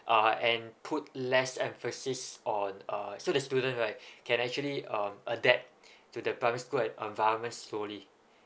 uh and put less emphasis on uh so the student right can actually um adapt to the primary school and environment slowly